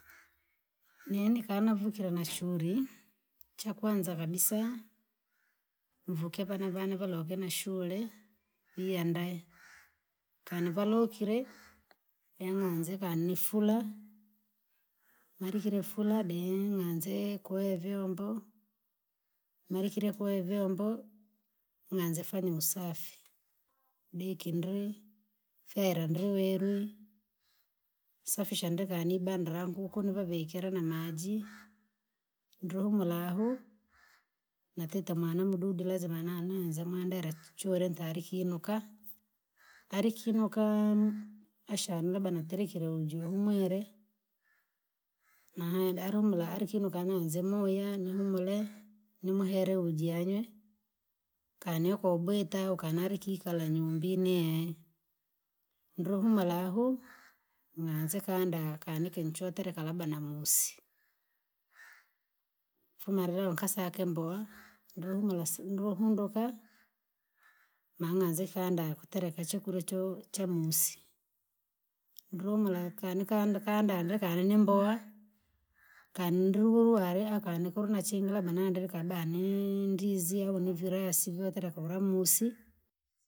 Nini kana vukire na churi; chakwanza kabisa, mvuke vana vane valoke nashure, iyandae kani valokire ning'onze kani fura, malikire fura dee ng'anze kue vyombo, malikire kue vyombo naanze fanya usafi, dekindri, fera ndriwerwi, safisha ndri kanibanda languku nivavikire namaji, ndri humura ahu, natite mwana umududi weza mananaanza mwandera chuchure ntarikinuka, narkinukaa ashana labda naterekire unju humwire, naenda arumula alikinuka naanze muya nahumure, numuhere uji anywe? Kani okobwita ukanalikikala nyumbii nie, ndrohumura ahu. Naanze kandaa kani kinchotereka lbada namusi, ufuma rira ukasake mboa ndri humura si- ndruhunduka maa ng'anze fyanda kutereka chakurya choo chamusi. Ndru humura kani nikanda kanda kanda ndrakali ni mboa, kani ndruwuru ware akani kulna chingarama nandire kabane ndizi au nivirasi votera kula musi.